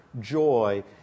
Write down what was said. joy